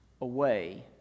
away